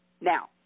Now